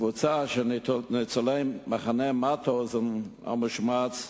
קבוצה של ניצולי מחנה מאוטהאוזן המושמץ,